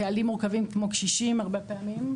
קהלים מורכבים כמו קשישים הרבה פעמים,